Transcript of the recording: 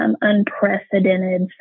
unprecedented